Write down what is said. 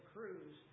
Cruz